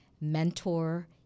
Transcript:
mentor